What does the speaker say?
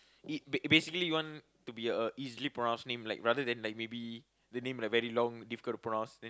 it b~ basically you want to be a easily pronounce name like rather than like maybe the name like very long difficult to pronounce then